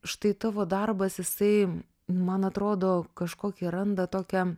štai tavo darbas jisai man atrodo kažkokį randa tokią